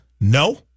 no